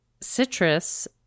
citrus